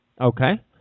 Okay